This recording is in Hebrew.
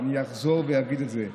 ואני אחזור ואגיד את זה: